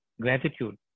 gratitude